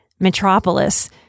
metropolis